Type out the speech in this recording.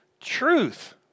truth